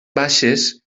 baixes